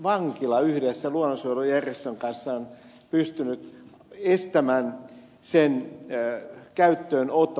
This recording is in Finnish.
vankila yhdessä luonnonsuojelujärjestön kanssa on pystynyt estämään sen käyttöönoton